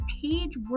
page